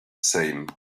same